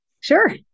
Sure